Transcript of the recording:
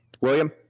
William